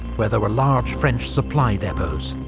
where there were large french supply depots.